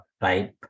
right